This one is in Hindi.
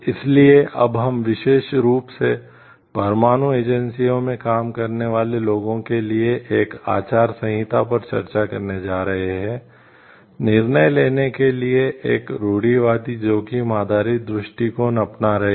इसलिए अब हम विशेष रूप से परमाणु एजेंसियों में काम करने वाले लोगों के लिए एक आचार संहिता पर चर्चा करने जा रहे हैं निर्णय लेने के लिए एक रूढ़िवादी जोखिम आधारित दृष्टिकोण अपना रहे हैं